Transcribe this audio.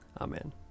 Amen